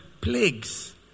plagues